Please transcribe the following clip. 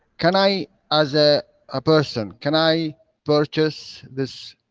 can i, as a ah person, can i purchase this.